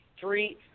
Three –